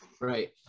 Right